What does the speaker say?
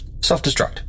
self-destruct